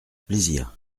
plaisir